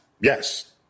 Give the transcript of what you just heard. Yes